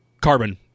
carbon